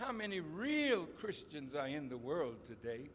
how many real christians in the world today